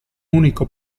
unico